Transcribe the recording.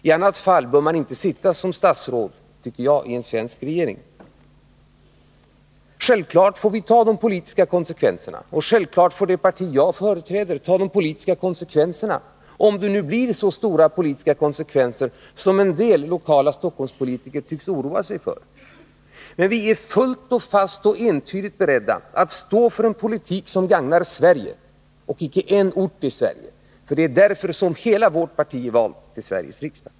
I annat fall bör man icke sitta som statsråd i en svensk regering, tycker jag. Självfallet får vi ta de politiska konsekvenserna, och självfallet får det parti jag företräder ta de politiska konsekvenserna — om det nu blir så stora politiska konsekvenser som en del lokala Stockholmspolitiker tycks oroa sig för. Men vi är fullt och fast och entydigt beredda att stå för en politik som gagnar Sverige — och icke en ort i Sverige. Det är ju därför som vi har valts till Sveriges riksdag.